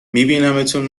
میبینمتون